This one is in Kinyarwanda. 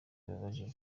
bibabaje